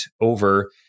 over